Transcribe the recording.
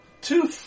two